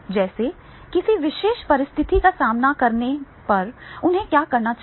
जैसे किसी विशेष परिस्थिति का सामना करने पर उन्हें क्या करना चाहिए